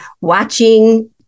watching